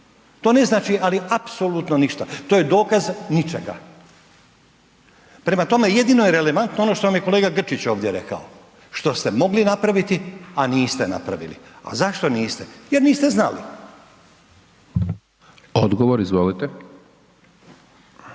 To ne znači ali apsolutno ništa, to je dokaz ničega. Prema tome jedino je relevantno ono što vam je kolega Grčić ovdje rekao, što ste napraviti, a niste napravili. A zašto niste, jer niste znali. **Hajdaš Dončić,